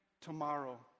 tomorrow